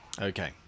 Okay